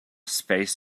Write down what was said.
space